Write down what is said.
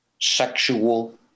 sexual